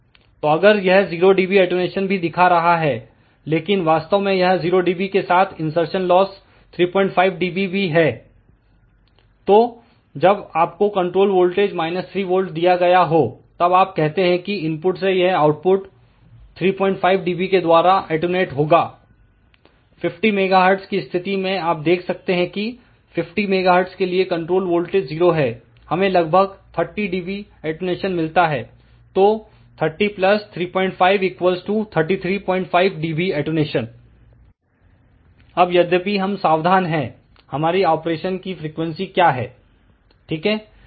तो अगर यह 0dB अटेंन्यूशन भी दिखा रहा है लेकिन वास्तव में यह 0 dB के साथ इनसरसन लॉस 35dB भी है तो जब आपको कंट्रोल वोल्टेज 3V दिया गया हो तब आप कहते हैं कि इनपुट से यह आउटपुट 35 dB के द्वारा अटैंयुएट होगा 50 MHz की स्थिति में आप देख सकते हैं कि 50 MHz के लिए कंट्रोल वोल्टेज 0 है हमें लगभग 30 dB अटेंन्यूशन मिलता है तो 30 35 335 dB अटेंन्यूशन अब यद्यपि हम सावधान हैं हमारी ऑपरेशन की फ्रीक्वेंसी क्या है ठीक है